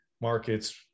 markets